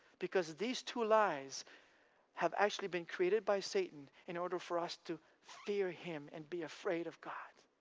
because these two lies have actually been created by satan in order for us to fear him and be afraid of god.